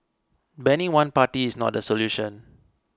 banning one party is not the solution